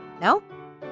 No